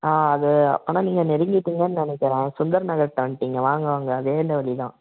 ஆ அது ஆனால் நீங்கள் நெருங்கிட்டீங்கன்னு நினைக்கிறேன் சுந்தர் நகர்கிட்ட வந்துட்டீங்க வாங்க வாங்க அதே வழி தான்